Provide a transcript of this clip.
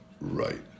Right